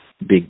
big